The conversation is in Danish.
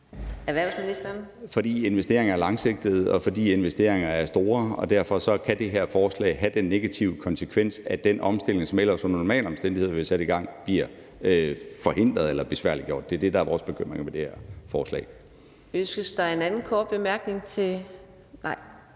Erhvervsministeren (Morten Bødskov): Fordi investeringer er langsigtede, og fordi investeringer er store. Derfor kan det her forslag have den negative konsekvens, at den omstilling, som ellers under normale omstændigheder ville blive sat i gang, bliver forhindret eller besværliggjort. Det er det, der er vores bekymring ved det her forslag. Kl. 16:32 Fjerde næstformand (Karina